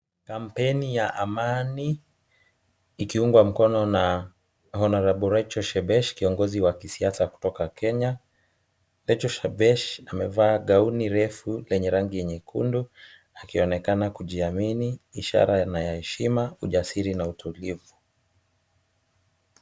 Kampeni ya amani ikiungwa mkono na honorable Rachel Shebesh kiongozi wa kisiasa kutoka Kenya. Rachel shebesh amevaa gauni refu lenye rangi nyekundu akionekana kujiamini ishara ya heshima, ujasiri na utulivu.